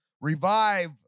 revive